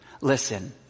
listen